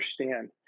understand